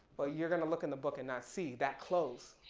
well you're gonna look in the book and not see that close,